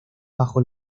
bajo